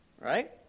Right